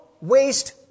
waste